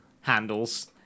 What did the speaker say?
handles